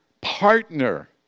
partner